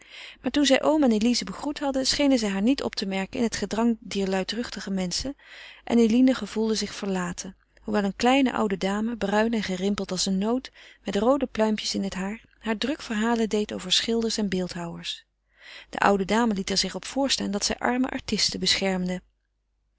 maar toen zij oom en elize begroet hadden schenen zij haar niet op te merken in het gedrang der luidruchtige menschen en eline gevoelde zich verlaten hoewel een kleine oude dame bruin en gerimpeld als een noot met roode pluimpjes in het haar haar druk verhalen deed over schilders en beeldhouwers de oude dame liet er zich op voorstaan dat zij arme artisten beschermde